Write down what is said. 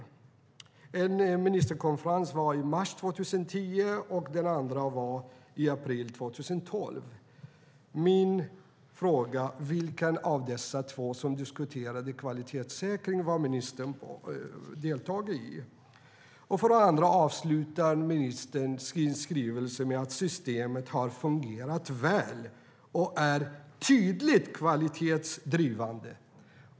En ministerkonferens var i mars 2010, och en andra var i april 2012. Min fråga är: I vilken av de två där man diskuterade kvalitetssäkring deltog ministern? Ministern avslutar sitt svar med att säga att systemet har fungerat väl och är tydligt kvalitetsdrivande.